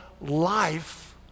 life